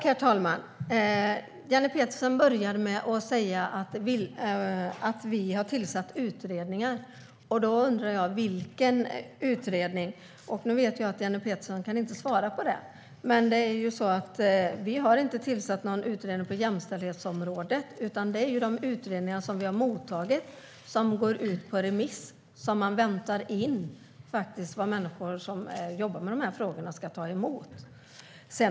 Herr talman! Jenny Petersson började med att säga att vi har tillsatt utredningar. Då undrar jag vilken utredning. Jag vet att Jenny Petersson inte kan svara på det, men det är ju så att vi inte har tillsatt någon utredning på jämställdhetsområdet. Det är de utredningar som vi har mottagit som går ut på remiss. Vi väntar in hur människor som jobbar med de här frågorna ska ta emot dem.